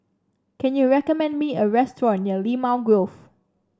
can you recommend me a restaurant near Limau Grove